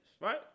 Right